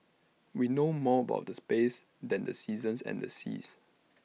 we know more about the space than the seasons and the seas